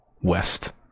west